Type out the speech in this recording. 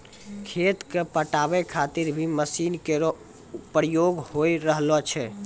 खेत क पटावै खातिर भी मसीन केरो प्रयोग होय रहलो छै